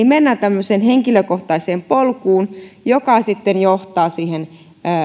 mennään tämmöiseen henkilökohtaiseen polkuun joka sitten johtaa siihen